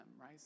right